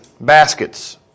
baskets